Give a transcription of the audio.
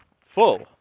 full